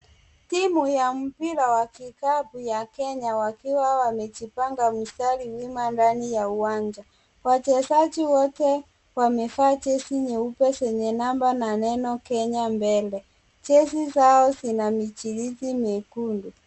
Timu ya mpira wa kikapu ya Kenya wakiwa wamejipanga mstari mwima ndani ya uwanja. Wachezaji wote wamevaa jezi nyeupe zenye namba na neno Kenya mbele. Jezi zao zina michirizi myekundu.